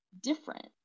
different